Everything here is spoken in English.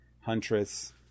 Huntress